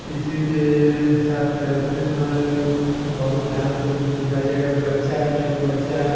किसी के साथ तैरते समय बहुत ध्यान से उसको सिखाइएगा बच्चा है छोट बच्चा है